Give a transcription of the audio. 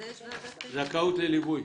זכאות לליווי